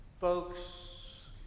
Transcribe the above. Folks